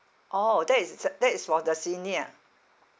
orh that is uh that is for the senior